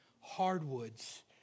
hardwoods